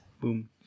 Boom